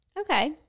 okay